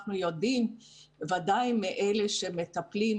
אנחנו יודעים בוודאי מאלה שמטפלים,